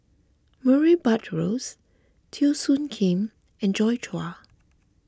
Murray Buttrose Teo Soon Kim and Joi Chua